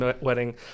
wedding